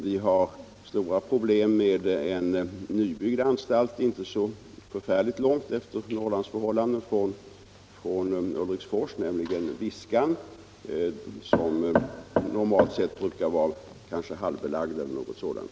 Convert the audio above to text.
Vi har stora problem med en nybyggd anstalt, efter Norrlandsförhållanden inte så förfärligt långt från Ulriksfors, nämligen Viskan, som brukar vara halvbelagd eller något sådant.